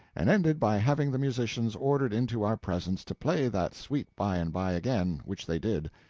and ended by having the musicians ordered into our presence to play that sweet bye and bye again, which they did.